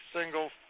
single